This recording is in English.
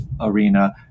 arena